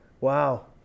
Wow